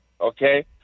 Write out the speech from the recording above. okay